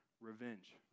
revenge